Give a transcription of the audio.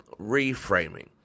reframing